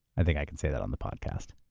i think i can say that on the podcast.